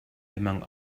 among